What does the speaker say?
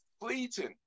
fleeting